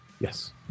Yes